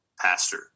pastor